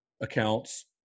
accounts